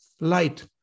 light